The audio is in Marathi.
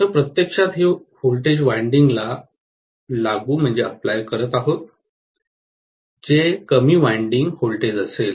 तर प्रत्यक्षात हे व्होल्टेज वायंडिंग ला लागू करत आहोत जे कमी वायंडिंग व्होल्टेज असेल